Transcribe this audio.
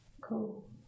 Cool